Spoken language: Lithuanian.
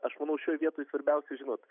aš manau šioj vietoj svarbiausia žinot